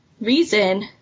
reason